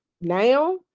now